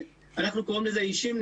אנחנו קוראים לזה של אישים,